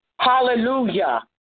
Hallelujah